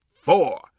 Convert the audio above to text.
four